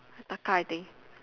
Taka I think